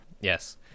Yes